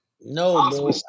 No